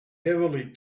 heavily